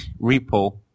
repo